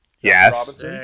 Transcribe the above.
Yes